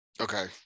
okay